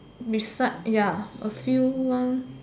beside ya a few one